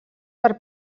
per